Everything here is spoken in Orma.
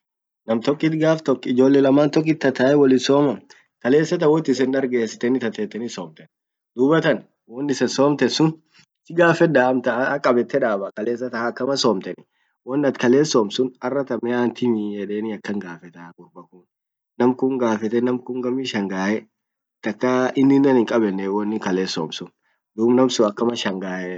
nam tokkit gaf tok ijolle laman tokkit tae wollin soma kalesatan wot isen darge siteni tateteni somt, dubatan won isen somten sun sigafedda amtan haakabete daba kalesatan akama somten won at kales somt sun arratan me ant himmi edeni akan gafetaa nam kun gafete nam kun gammi shangae takka ininen hinkabenne wonin kales somt sun dub namsun akama shangae won.